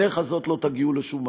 בדרך הזאת לא תגיעו לשום מקום.